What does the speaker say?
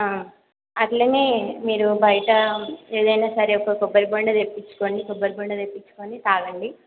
అట్లానే మీరు బయట ఏదైనా సరే ఒక కొబ్బరిబోండా తెప్పించుకొని కొబ్బరిబోండా తెప్పించుకొని తాగండి